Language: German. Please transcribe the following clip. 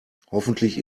hoffentlich